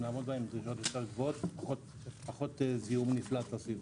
לעמוד בהן גבוהות יותר ופחות זיהום נפל לסביבה.